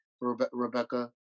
Rebecca